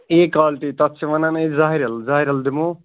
E quality تَتھ چھِ وَنان أسۍ زاہرل زاہرل دِمہو